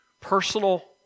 personal